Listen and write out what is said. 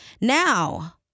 Now